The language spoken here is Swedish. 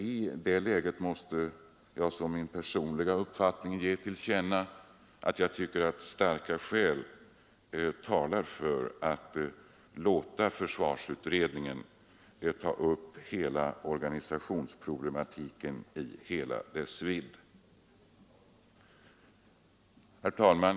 I det läget måste jag som min personliga uppfattning ge till känna att starka skäl talar för att låta försvarsutredningen ta upp organisationsproblematiken i hela dess vidd. Herr talman!